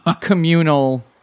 communal